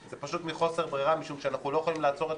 זה פשוט מחוסר ברירה משום שאנחנו לא יכולים לעצור את